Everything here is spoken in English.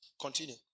Continue